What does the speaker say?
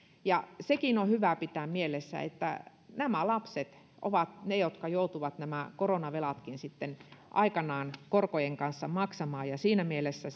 sekin on hyvä pitää mielessä että nämä lapset ovat ne jotka joutuvat nämä koronavelatkin sitten aikanaan korkojen kanssa maksamaan ja siinä mielessä